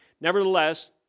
Nevertheless